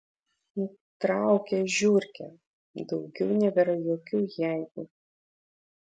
nutraukė žiurkė daugiau nebėra jokių jeigu